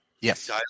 Yes